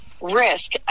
risk